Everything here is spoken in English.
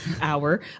hour